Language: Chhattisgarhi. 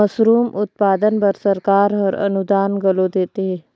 मसरूम उत्पादन बर सरकार हर अनुदान घलो देथे